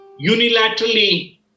unilaterally